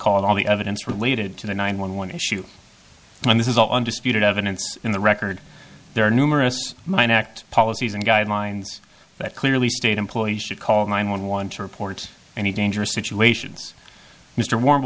call all the evidence related to the nine one one issue and this is all undisputed evidence in the record there are numerous mine act policies and guidelines that clearly state employees should call nine one one to report any dangerous